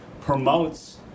promotes